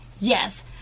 Yes